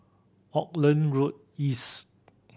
Auckland Road East